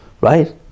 Right